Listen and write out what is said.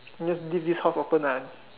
just leave this house open ah